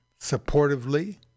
supportively